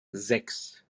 sechs